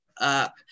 up